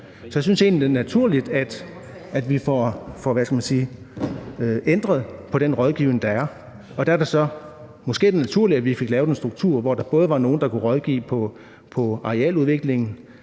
Jeg synes egentlig, det er naturligt, at vi får ændret på den rådgivning, der er. Måske var det naturligt, at vi fik lavet en struktur, hvor der både var nogle, der kunne rådgive om arealudviklingen;